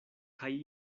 kaj